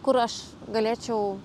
kur aš galėčiau